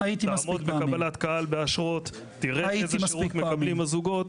תעמוד בקבלת קהל באשרות ותראה איזה שירות מקבלים הזוגות,